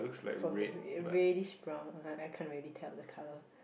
from the re~ reddish brown uh I can't really tell the colour